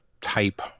type